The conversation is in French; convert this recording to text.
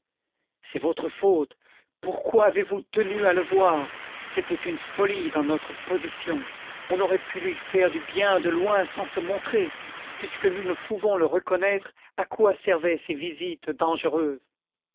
c'est votre faute pourquoi avez-vous tenu à le voir c'était une folie dans notre position on aurait pu lui faire du bien de loin sans se montrer puisque nous ne pouvons le reconnaître à quoi servaient ces visites dangereuses